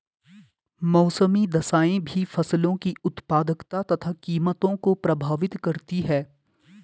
मौसमी दशाएं भी फसलों की उत्पादकता तथा कीमतों को प्रभावित करती है